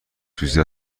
سوزی